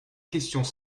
questions